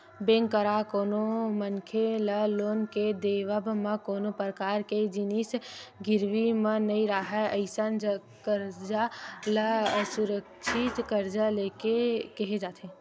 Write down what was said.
bank करा कोनो मनखे ल लोन के देवब म कोनो परकार के जिनिस गिरवी म नइ राहय अइसन करजा ल असुरक्छित करजा केहे जाथे